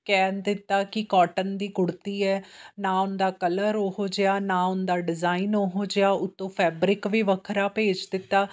ਕਹਿਣ ਦਿੱਤਾ ਕਿ ਕੋਟਨ ਦੀ ਕੁੜਤੀ ਹੈ ਨਾ ਉਹਨਾਂ ਦਾ ਕਲਰ ਉਹੋ ਜਿਹਾ ਨਾ ਉਹਨਾਂ ਦਾ ਡਿਜ਼ਾਇਨ ਉਹੋ ਜਿਹਾ ਉੱਤੋਂ ਫੈਬਰਿਕ ਵੀ ਵੱਖਰਾ ਭੇਜ ਦਿੱਤਾ